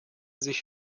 sich